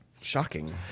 Shocking